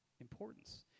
importance